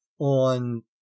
on